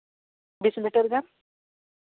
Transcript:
ᱵᱤᱥ ᱞᱤᱴᱟᱨ ᱜᱟᱱ